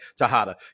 Tahada